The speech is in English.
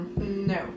No